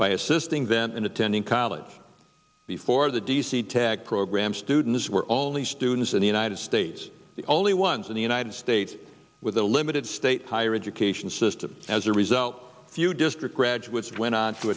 by assisting then and attending college before the d c tech program students were only students in the united states the only ones in the united states with a limited state higher education system as a result few district graduates went on to